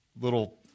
little